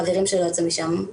חברים שלו, יצאו משם.